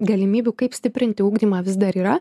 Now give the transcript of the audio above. galimybių kaip stiprinti ugdymą vis dar yra